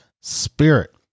spirit